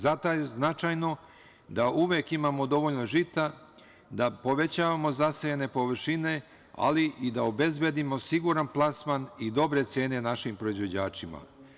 Zato je značajno da uvek imamo dovoljno žita, da povećavamo zasejane površine, ali i da obezbedimo siguran plasman i dobre cene našim proizvođačima.